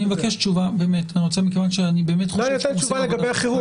אני מבקש תשובה לגבי החירום.